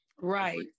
Right